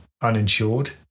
uninsured